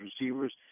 receivers